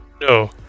No